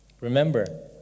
Remember